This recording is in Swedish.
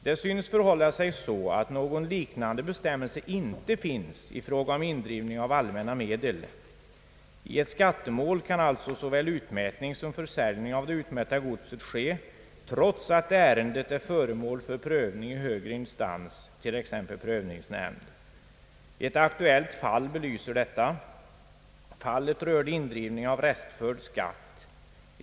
Det synes förhålla sig så att någon liknande bestämmelse inte finns i fråga om indrivning av allmänna medel. I ett skattemål kan alltså såväl utmätning som försäljning av det utmätta godset ske trots att ärendet är föremål för prövning i högre instans, t.ex. prövningsnämnd. Ett aktuellt fall belyser detta. Fallet rörde indrivning av restförd skatt.